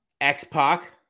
X-Pac